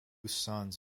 sons